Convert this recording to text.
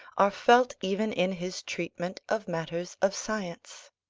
are felt even in his treatment of matters of science.